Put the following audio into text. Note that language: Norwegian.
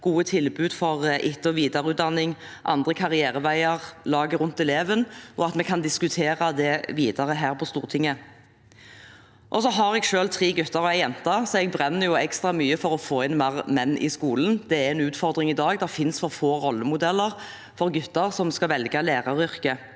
gode tilbud for etter- og videreutdanning, andre karriereveier og laget rundt eleven, og at vi kan diskutere det videre her på Stortinget. Jeg har selv tre gutter og ei jente, så jeg brenner ekstra mye for å få inn flere menn i skolen. Det er en utfordring i dag. Det finnes for få rollemodeller for gutter som skal velge læreryrket.